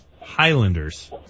Highlanders